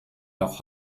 noch